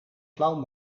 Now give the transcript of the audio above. flauw